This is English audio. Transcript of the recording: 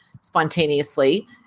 spontaneously